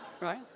Right